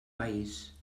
país